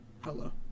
Hello